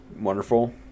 wonderful